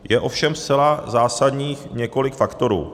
Je ovšem zcela zásadních několik faktorů.